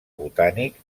botànic